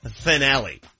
Finale